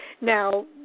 Now